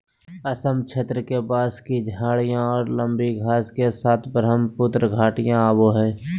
असम क्षेत्र के, बांस की झाडियाँ और लंबी घास के साथ ब्रहमपुत्र घाटियाँ आवो हइ